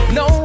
no